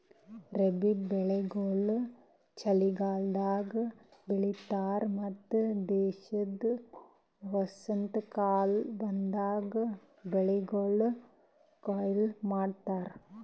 ರಬ್ಬಿ ಬೆಳಿಗೊಳ್ ಚಲಿಗಾಲದಾಗ್ ಬಿತ್ತತಾರ್ ಮತ್ತ ದೇಶದ ವಸಂತಕಾಲ ಬಂದಾಗ್ ಬೆಳಿಗೊಳಿಗ್ ಕೊಯ್ಲಿ ಮಾಡ್ತಾರ್